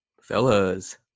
Fellas